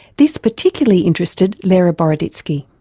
this particularly interested lera boroditsky.